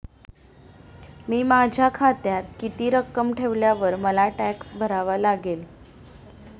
मी माझ्या खात्यात किती रक्कम ठेवल्यावर मला टॅक्स भरावा लागेल?